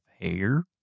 hair